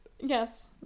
Yes